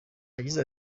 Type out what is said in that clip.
yagize